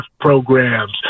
programs